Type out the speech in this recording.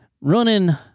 running